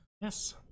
Yes